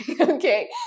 Okay